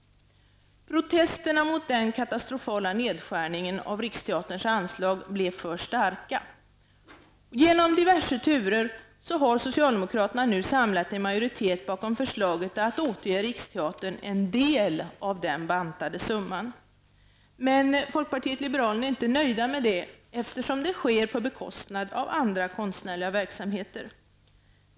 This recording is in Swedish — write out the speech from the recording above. Riksteaterns anslag blev tydligen för starka. Genom diverse turer har socialdemokraterna nu samlat en majoritet bakom förslaget att återge Riksteatern en del av den bantade summan. Men vi i folkpartiet liberalerna är inte nöjda med det, eftersom det går ut över andra konstnärliga verksamheter.